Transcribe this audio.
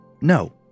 no